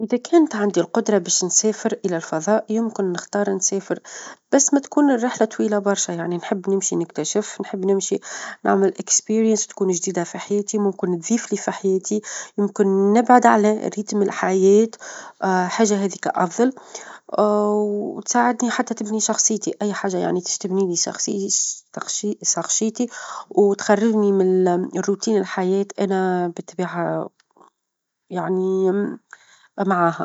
إذا كانت عندي القدرة باش نسافر إلى الفظاء يمكن نختار نسافر، بس ما تكون الرحلة طويلة برشا يعني نحب نمشي نكتشف، نحب نمشي نعمل تجربة تكون جديدة في حياتي، ممكن تظيف لي في حياتي، ممكن نبعد على ريتم الحياة، حاجة هذيك أفظل، وتساعدني حتى تبني شخصيتى أي حاجة يعني باش تبنيلي -شخش- -شخشيتى- شخصيتى وتخرجني من روتين الحياة أنا بطبيعة يعني معاها.